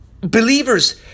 Believers